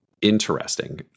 Interesting